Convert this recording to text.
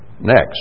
next